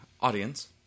audience